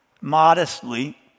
Modestly